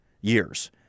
years